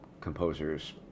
composers